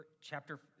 chapter